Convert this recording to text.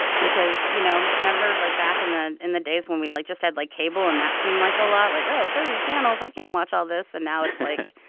yeah because, you know, remember, like, back and in the days when we, like, just had, like, cable, and that seemed like a lot? like, oh, thirty channels, i can't watch all this. and now it's like,